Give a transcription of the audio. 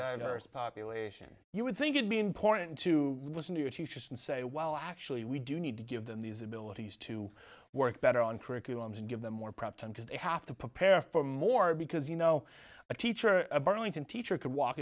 iris population you would think would be important to listen to your teachers and say well actually we do need to give them these abilities to work better on curriculums and give them more prep time because they have to prepare for more because you know a teacher a burlington teacher could walk